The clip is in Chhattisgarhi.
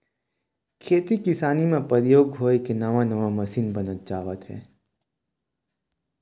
खेती किसानी म परयोग होय के नवा नवा मसीन बनत जावत हे